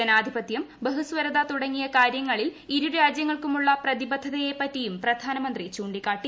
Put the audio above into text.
ജനാധിപത്യം ബഹുസ്വരത തുടങ്ങിയ കാര്യങ്ങളിൽ ഇരു രാജ്യങ്ങൾക്കുമുള്ള പ്രതിബദ്ധതയെപറ്റിയും പ്രധാനമന്ത്രി ചൂണ്ടിക്കാട്ടി